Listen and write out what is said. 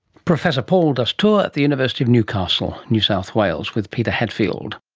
professor paul dastoor at the university of newcastle, new south wales, with peter hadfield